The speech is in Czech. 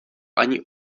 ani